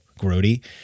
grody